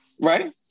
Right